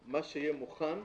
מה שיהיה מוכן,